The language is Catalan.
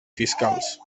fiscals